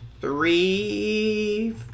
three